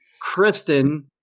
Kristen